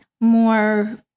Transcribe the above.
more